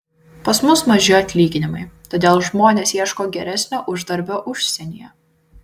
pas mus maži atlyginimai todėl žmonės ieško geresnio uždarbio užsienyje